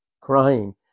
crying